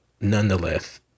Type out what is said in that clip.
nonetheless